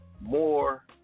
more